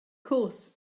course